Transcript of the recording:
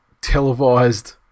televised